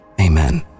Amen